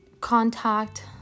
contact